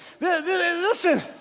Listen